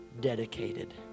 dedicated